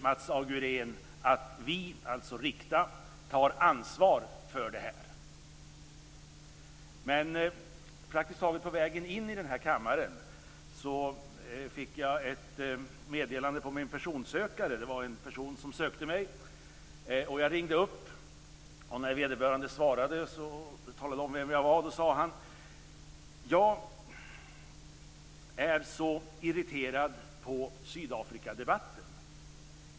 Mats Agurén säger: Vi - alltså Rikta - tar ansvar för det här. Praktiskt taget på väg in i den här kammaren fick jag ett meddelande på min personsökare. Det var en person som sökte mig och jag ringde upp. När vederbörande svarade och jag talade om vem jag var sade han: Jag är så irriterad på Sydafrikadebatten.